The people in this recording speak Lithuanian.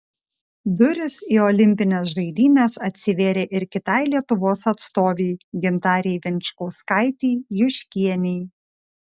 durys į olimpines žaidynes atsivėrė ir kitai lietuvos atstovei gintarei venčkauskaitei juškienei